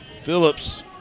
Phillips